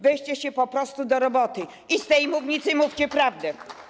Weźcie się po prostu do roboty i z tej mównicy mówcie prawdę.